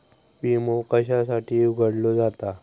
विमा कशासाठी उघडलो जाता?